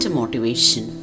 motivation